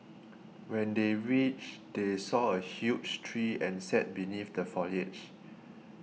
when they reached they saw a huge tree and sat beneath the foliage